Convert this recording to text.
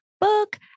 book